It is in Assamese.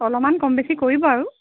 অলপমান কম বেছি কৰিব আৰু